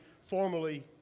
formally